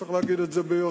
צריך להגיד את זה ביושר.